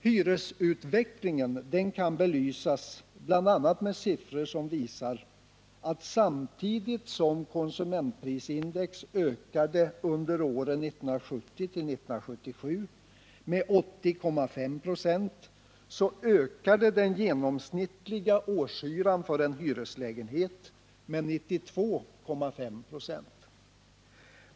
Hyresutvecklingen kan belysas bl.a. med siffror som visar att samtidigt som konsumentprisindex ökade under åren 1970-1977 med 80,5 926, så ökade den genomsnittliga årshyran för en hyreslägenhet med 92,5 96.